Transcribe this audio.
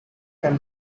can